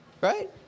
Right